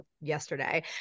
yesterday